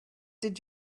did